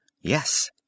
Yes